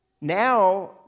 Now